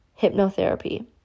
hypnotherapy